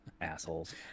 assholes